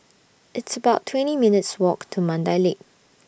It's about twenty minutes' Walk to Mandai Lake